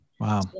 Wow